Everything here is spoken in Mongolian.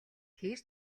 тэр